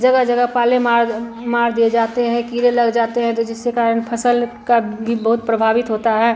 जगह जगह पाले मार मार दिए जाते हैं कीड़े लग जाते हैं तो जिसके कारण फ़सल का भी बहुत प्रभावित होता है